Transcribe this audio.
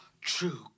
True